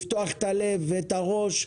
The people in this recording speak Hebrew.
לפתוח את הלב ואת הראש.